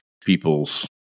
people's